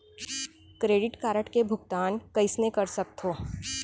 Credit card के भुगतान कइसने कर सकथो?